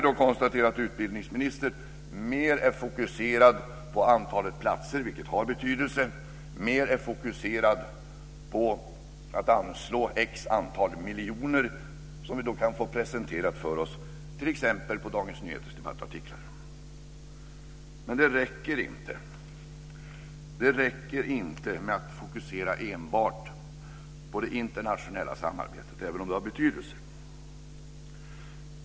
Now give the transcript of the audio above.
Men utbildningsministern är mer fokuserad på antalet platser, vilket har betydelse, mer fokuserad på att anslå ett visst antal miljoner, vilket vi kan få presenterat för oss t.ex. i Dagens Nyheters debattartiklar. Men det räcker inte med att fokusera enbart på det internationella samarbetet, även om det har betydelse.